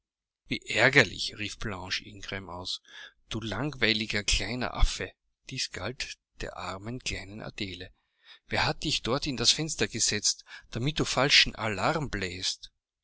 wie ärgerlich rief blanche ingram aus du langweiliger kleiner affe dies galt der armen kleinen adele wer hat dich dort in das fenster gesetzt damit du falschen allarm